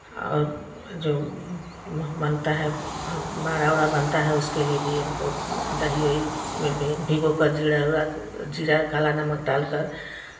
और जो बनता है वड़ा उड़ा बनता है उसके लिए भी हमको दही उही में कर भिगो कर जीरा उरा जीरा काला नमक डालकर